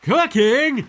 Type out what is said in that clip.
Cooking